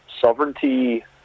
sovereignty